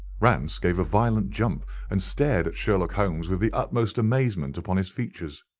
rance gave a violent jump, and stared at sherlock holmes with the utmost amazement upon his features.